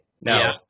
No